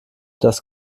das